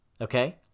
Okay